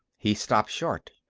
he stopped short,